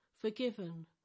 forgiven